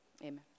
Amen